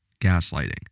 gaslighting